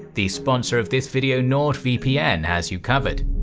the sponsor of this video nordvpn has you covered!